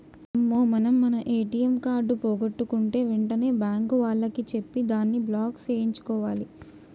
అమ్మో మనం మన ఏటీఎం కార్డు పోగొట్టుకుంటే వెంటనే బ్యాంకు వాళ్లకి చెప్పి దాన్ని బ్లాక్ సేయించుకోవాలి